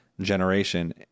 generation